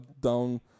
down